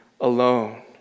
alone